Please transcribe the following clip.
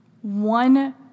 one